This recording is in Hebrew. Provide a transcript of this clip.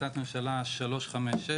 החלטת ממשלה 356,